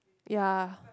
ya